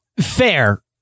Fair